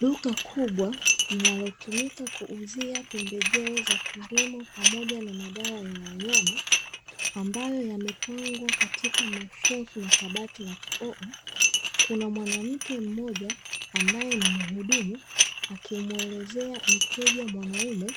Duka kubwa linalotumika kuuzia pembejeo za kilimo pamoja na madawa ya wanyama, ambayo yamepangwa katika mashelfu na kabati la kioo. Kuna mwanamke mmoja ambaye ni muhudumu, akimuelezea mteja ambae ni mwanaume,